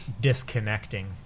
disconnecting